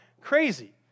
crazy